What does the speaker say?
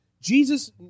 jesus